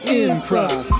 improv